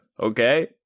Okay